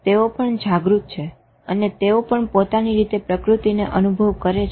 તેઓ પણ જાગૃત છે અને તેઓ પણ પોતાની રીતે પ્રકૃતિનો અનુભવ કરે છે